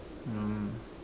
hmm